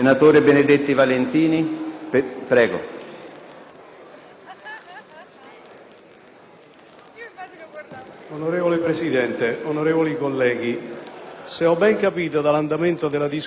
Signor Presidente, onorevoli colleghi, se ho ben capito visto l'andamento della discussione, mi verrà chiesto di ritirare l'emendamento